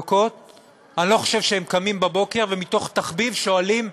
אני לא חושב שהם קמים בבוקר ומתוך תחביב שואלים: